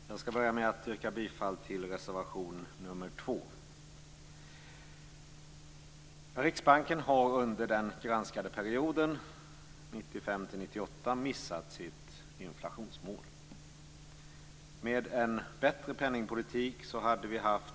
Fru talman! Jag skall börja med att yrka bifall till reservation 2. Riksbanken har för den granskade perioden 1995 1998 missat sitt inflationsmål. Med en bättre penningpolitik hade det funnits